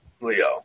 Leo